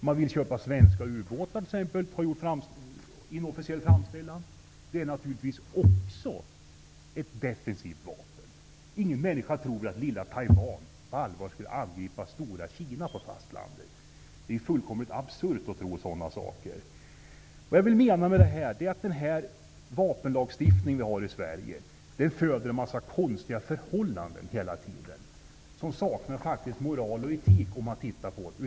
Man har t.ex. gjort en inofficiell framställan om att köpa svenska ubåtar. Det är naturligtvis också ett defensivt vapen. Ingen människa tror att lilla Taiwan på allvar skulle angripa stora Kina på fastlandet. Det är fullkomligt absurt att tro sådana saker. Det jag menar med detta är att den vapenlagstiftning vi har i Sverige hela tiden föder en mängd konstiga förhållanden, som faktiskt saknar moral och etik.